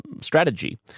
strategy